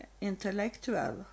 intellectual